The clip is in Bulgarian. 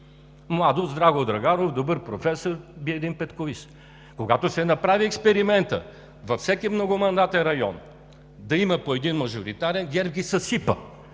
„Младост“ Драго Драганов, добър професор, би един петковист. Когато се направи експериментът във всеки многомандатен район да има по един мажоритарен, ГЕРБ ги съсипа.